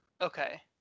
Okay